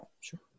sure